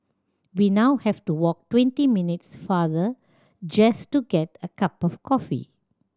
we now have to walk twenty minutes farther just to get a cup of coffee